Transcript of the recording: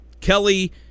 Kelly